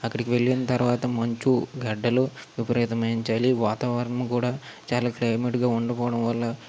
అక్కడకు వెళ్ళిన తర్వాత మంచు గడ్డలు విపరీతమైన చలి వాతావరణం కూడా చాలా క్లైమేట్గా ఉండకపోవడం వల్ల